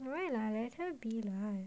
alright lah let her be lah